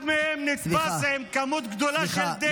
אחד נתפס עם כמות גדולה מאוד של דלק.